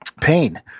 Pain